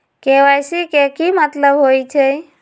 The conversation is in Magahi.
के.वाई.सी के कि मतलब होइछइ?